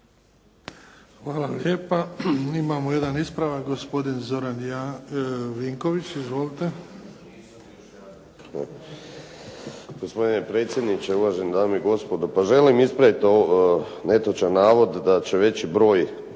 Hvala lijepa. Imamo jedan ispravak. Gospodin Zoran Vinković. Izvolite. **Vinković, Zoran (SDP)** Gospodine predsjedniče, uvažene dame i gospodo. Pa želim ispraviti netočan navod da će veći broj